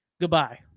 goodbye